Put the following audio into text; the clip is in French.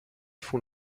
font